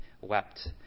wept